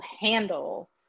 handle